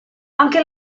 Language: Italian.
anche